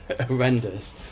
horrendous